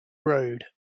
road